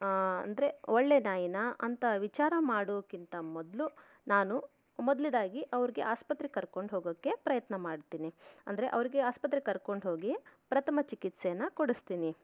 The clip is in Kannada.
ಅಂದರೆ ಒಳ್ಳೆ ನಾಯಿನ ಅಂತ ವಿಚಾರ ಮಾಡೋಕ್ಕಿಂತ ಮೊದಲು ನಾನು ಮೊದಲ್ನೆದಾಗಿ ಅವ್ರಿಗೆ ಆಸ್ಪತ್ರೆಗೆ ಕರ್ಕೊಂಡು ಹೋಗೋಕ್ಕೆ ಪ್ರಯತ್ನ ಮಾಡ್ತೀನಿ ಅಂದರೆ ಅವ್ರಿಗೆ ಆಸ್ಪತ್ರೆಗೆ ಕರ್ಕೊಂಡು ಹೋಗಿ ಪ್ರಥಮ ಚಿಕಿತ್ಸೆಯನ್ನು ಕೊಡಿಸ್ತೀನಿ